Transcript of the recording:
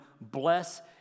bless